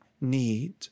need